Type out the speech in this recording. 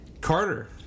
Carter